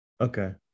okay